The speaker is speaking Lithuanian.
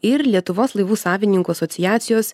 ir lietuvos laivų savininkų asociacijos